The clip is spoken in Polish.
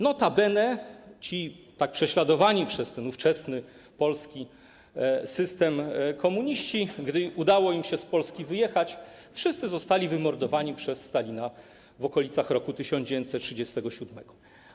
Notabene ci tak prześladowani przez ówczesny polski system komuniści, gdy udało im się z Polski wyjechać, wszyscy zostali wymordowani przez Stalina w okolicach roku 1937.